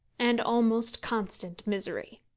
and almost constant misery.